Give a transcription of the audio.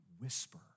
whisper